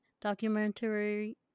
documentary